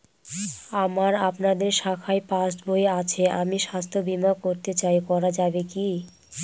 আমার আপনাদের শাখায় পাসবই আছে আমি স্বাস্থ্য বিমা করতে চাই করা যাবে কি?